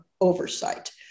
oversight